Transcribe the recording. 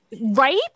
right